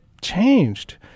changed